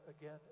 again